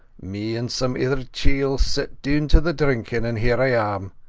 me and some ither chiels sat down to the drinkina, and here i am.